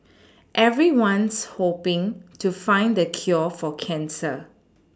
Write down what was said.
everyone's hoPing to find the cure for cancer